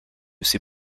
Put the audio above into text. ces